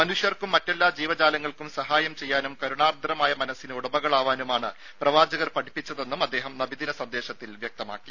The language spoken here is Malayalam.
മനുഷ്യർക്കും മറ്റെല്ലാ ജീവജാലങ്ങൾക്കും സഹായം ചെയ്യാനും കരുണാർദ്രമായ മനസ്സിന് ഉടമകളാവാനുമാണ് പ്രവാചകർ പഠിപ്പിച്ചതെന്നും അദ്ദേഹം നബിദിന സന്ദേശത്തിൽ പറഞ്ഞു